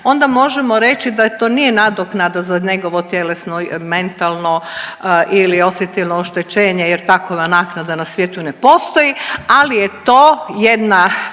onda možemo reći da to nije nadoknada za njegovo tjelesno mentalno ili osjetilno oštećenje jer takova naknada na svijetu ne postoji, ali je to jedna